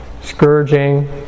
scourging